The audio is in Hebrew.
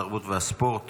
התרבות והספורט